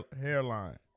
hairline